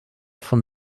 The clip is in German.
von